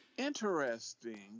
interesting